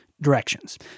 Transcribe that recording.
directions